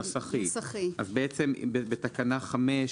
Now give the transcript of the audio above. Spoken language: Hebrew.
בתקנה 5,